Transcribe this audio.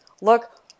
look